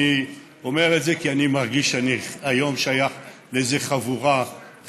אני אומר את זה כי אני מרגיש שאני היום שייך לאיזו חבורה חברתית